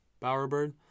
Bowerbird